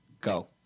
Go